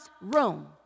room